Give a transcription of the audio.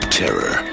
terror